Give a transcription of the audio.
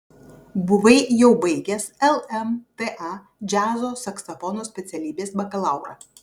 buvai jau baigęs lmta džiazo saksofono specialybės bakalaurą